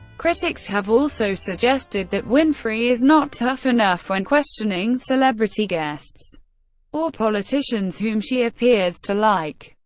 critics have also suggested that winfrey is not tough enough when questioning celebrity guests or politicians whom she appears to like.